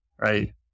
right